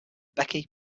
becky